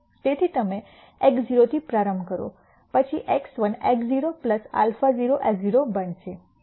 તેથી તમે x0 થી પ્રારંભ કરો પછી x1 x0 α0 s0 બનશે